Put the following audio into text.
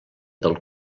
del